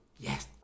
Yes